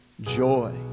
joy